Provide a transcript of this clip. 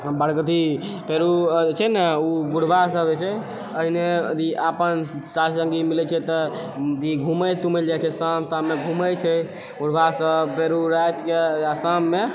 फेरू छै ने ओ बुढ़वा सब जे छै ने अपन साथी सङ्गी मिलै छै तऽ ने घुमै तुमे लए जाए छै शाममे घुमै छै बुढ़वा सब बेरु रातके आओर शाममे